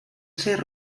ser